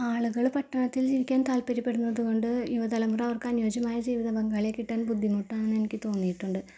ആളുകൾ പട്ടണത്തിൽ ജീവിക്കാൻ താൽപര്യപ്പെടുന്നത് കൊണ്ട് യുവതലമുറ അവർക്കനുയോജ്യമായ ജീവിത പങ്കാളിയെ കിട്ടാൻ ബുദ്ധിമുട്ടാണെന്നെനിക്ക് തോന്നിയിട്ടുണ്ട്